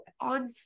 on